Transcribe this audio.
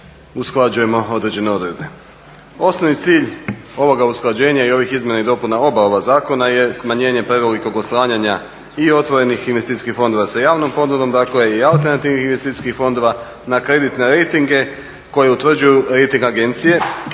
usklađujemo određene odredbe. Osnovni cilj ovoga usklađenja i ovih izmjena i dopuna oba ova zakona je smanjenje prevelikog oslanjanja i otvorenih investicijskih fondova sa javnom ponudom, dakle i alternativnim investicijskih fondova, na kreditne rejtinge koji utvrđuju rejting agencije